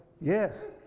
yes